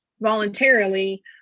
voluntarily